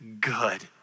good